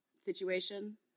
situation